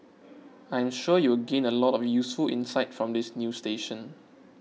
I am sure you will gain a lot of useful insights from this new station